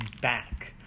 back